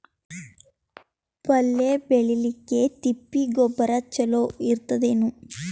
ಪಲ್ಯ ಬೇಳಿಲಿಕ್ಕೆ ತಿಪ್ಪಿ ಗೊಬ್ಬರ ಚಲೋ ಇರತದೇನು?